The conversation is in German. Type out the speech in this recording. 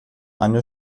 eine